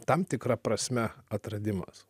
tam tikra prasme atradimas